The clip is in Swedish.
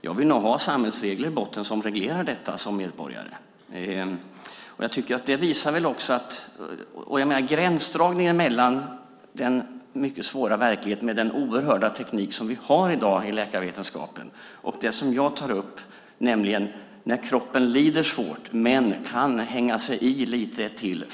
Jag vill nog som medborgare ha samhällsregler i botten som reglerar gränsdragningen mellan den mycket svåra verkligheten, med den oerhörda teknik som vi har i dag i läkarevetenskapen, och det som jag tar upp, nämligen när kroppen lider svårt men kan hänga i lite till.